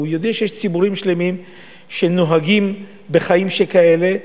הרי הוא יודע שיש ציבורים שלמים שנוהגים בחיים שכאלה,